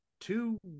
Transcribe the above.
two